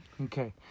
Okay